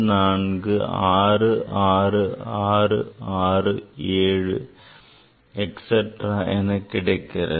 5466667 etcetera என கிடைக்கிறது